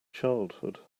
childhood